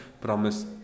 promise